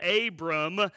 Abram